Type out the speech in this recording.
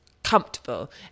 Comfortable